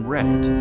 Reddit